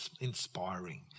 inspiring